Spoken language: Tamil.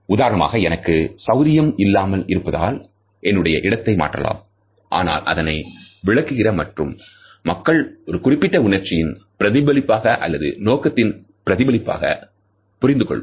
உதாரணமாக எனக்கு சௌகரியம் இல்லாமல் இருப்பதனால் என்னுடைய இடத்தை மாற்றலாம் ஆனால் அதனை விளக்குகிற மற்ற மக்கள் ஒரு குறிப்பிட்ட உணர்ச்சியின் பிரதிபலிப்பாக அல்லது நோக்கத்தின் பிரதிபலிப்பாக புரிந்துகொள்வர்